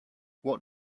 what